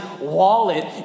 wallet